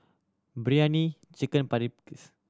Biryani Chicken Paprikas